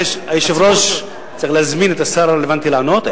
היושב-ראש צריך להזמין את השר הרלוונטי לענות.